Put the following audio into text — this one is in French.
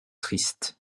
triste